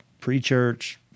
pre-church